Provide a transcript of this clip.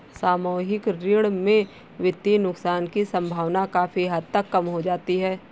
सामूहिक ऋण में वित्तीय नुकसान की सम्भावना काफी हद तक कम हो जाती है